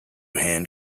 hand